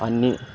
आणि